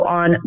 on